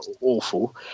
awful